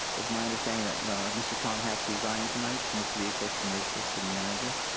it's my understanding that mr. tom hatch resigned tonight from the city of costa mesa, city manager.